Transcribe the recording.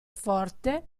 forte